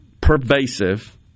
pervasive